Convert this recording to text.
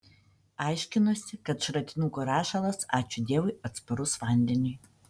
aiškinosi kad šratinuko rašalas ačiū dievui atsparus vandeniui